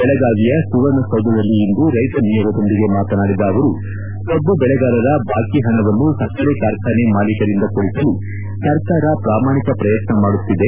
ಬೆಳಗಾವಿಯ ಸುವರ್ಣಸೌಧದಲ್ಲಿ ಇಂದು ರೈತ ನಿಯೋಗದೊಂದಿಗೆ ಮಾತನಾಡಿದ ಅವರು ಕಬ್ಬು ಬೆಳೆಗಾರರ ಬಾಕಿ ಹಣವನ್ನು ಸಕ್ಕರೆ ಕಾರ್ಖಾನೆ ಮಾಲೀಕರಿಂದ ಕೊಡಿಸಲು ಸರ್ಕಾರ ಪ್ರಾಮಾಣಿಕ ಪ್ರಯತ್ನ ಮಾಡುತ್ತಿದೆ